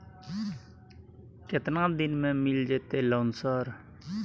केतना दिन में मिल जयते लोन सर?